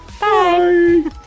Bye